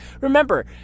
Remember